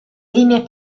linee